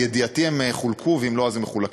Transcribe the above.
ולידיעתי הם חולקו, ואם לא הם מחולקים.